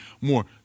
more